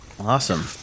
Awesome